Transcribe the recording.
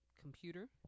computer